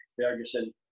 Ferguson